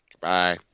Bye